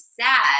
sad